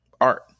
art